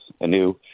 anew